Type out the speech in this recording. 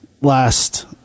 last